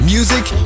Music